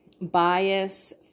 Bias